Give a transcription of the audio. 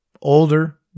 Older